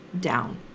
down